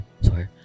sorry